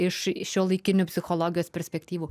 iš šiuolaikinių psichologijos perspektyvų